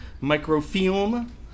microfilm